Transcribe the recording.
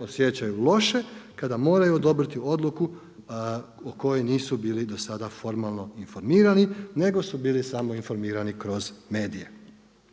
osjećaju loše kada moraju odobriti odluku o kojoj nisu bili do sada formalno informirani nego su bili samo informirani kroz medije.